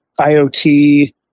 IOT